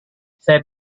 saya